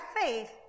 faith